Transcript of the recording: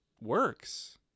works